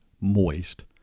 moist